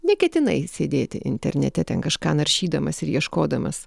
neketinai sėdėti internete ten kažką naršydamas ir ieškodamas